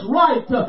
right